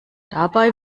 dabei